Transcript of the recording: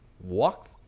Walk